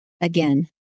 again